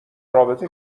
رابطه